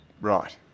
right